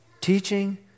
Teaching